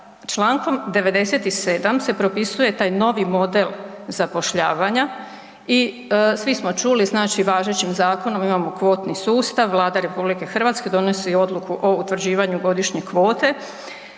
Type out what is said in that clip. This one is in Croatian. Čl. 97. se propisuje taj novi model zapošljavanja i svi smo čuli, znači važećim zakonom imamo kvotni sustav, Vlada RH donosi odluku o utvrđivanju godišnje kvote